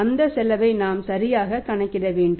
அந்த செலவை நாம் சரியாக கணக்கிட வேண்டும்